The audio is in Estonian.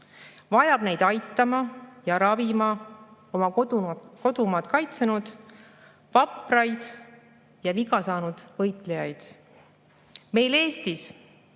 vajab neid aitama ja ravima oma kodumaad kaitsnud vapraid ja viga saanud võitlejaid. Meil Eestis,